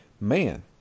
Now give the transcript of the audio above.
Man